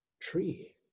tree